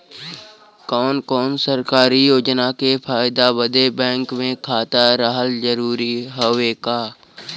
कौनो सरकारी योजना के फायदा बदे बैंक मे खाता रहल जरूरी हवे का?